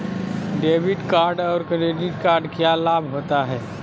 Debit card और credit card क्या लाभ होता है?